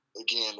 again